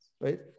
right